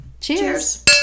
Cheers